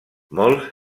molts